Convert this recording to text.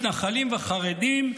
מתנחלים וחרדים,